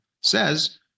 says